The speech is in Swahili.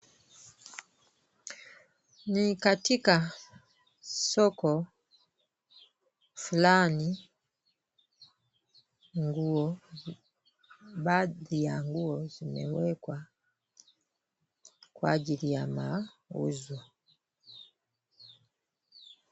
Ni katika soko fulani la nguo. Baadhi ya nguo zimewekwa kwa ajili ya mauzo.